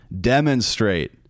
demonstrate